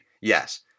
yes